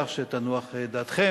כך שתנוח דעתכם,